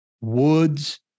Woods